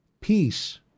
peace